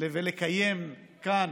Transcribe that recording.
כאן